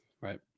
Right